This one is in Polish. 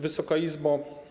Wysoka Izbo!